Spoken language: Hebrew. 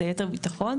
ליתר ביטחון,